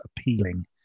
appealing